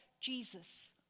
Jesus